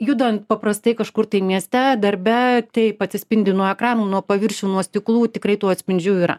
judant paprastai kažkur tai mieste darbe taip atsispindi nuo ekranų nuo paviršių nuo stiklų tikrai tų atspindžių yra